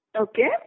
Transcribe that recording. Okay